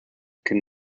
could